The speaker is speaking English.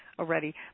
Already